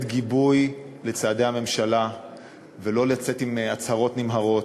גיבוי לצעדי הממשלה ולא לצאת בהצהרות נמהרות.